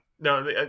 No